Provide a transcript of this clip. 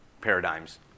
paradigms